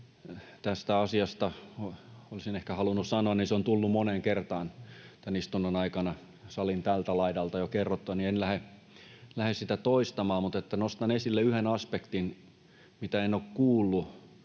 tästä asiasta olisin ehkä halunnut sanoa, on tullut moneen kertaan tämän istunnon aikana salin tältä laidalta [Puhuja viittaa oikealle] jo kerrottua. En siis lähde sitä toistamaan, mutta nostan esille yhden aspektin, mitä en ole kuullut